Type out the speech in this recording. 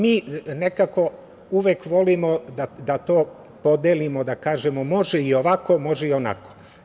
Mi uvek volimo da to podelimo, da kažemo, može i ovako, može i onako.